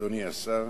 אדוני השר,